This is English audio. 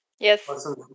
Yes